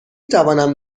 توانم